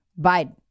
Biden